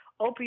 opioid